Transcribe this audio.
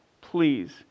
please